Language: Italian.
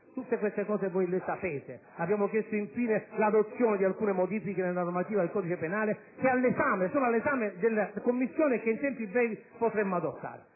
Tutte queste cose voi le sapete. Abbiamo chiesto, infine, l'adozione di alcune modifiche al codice penale che sono all'esame della Commissione e che in tempi brevi potremmo affrontare.